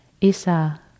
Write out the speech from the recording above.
Isa